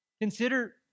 Consider